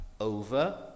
over